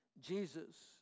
Jesus